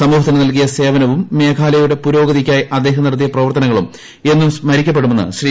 സമൂഹത്തിന് നൽകിയ സേവനവും മേഘാലയയുടെ പുരോഗതിയ്ക്കായി അദ്ദേഹം നടത്തിയ പ്രവർത്തനങ്ങളും എന്നും സ്മരിക്കപ്പെടുമെന്ന് ശ്രീ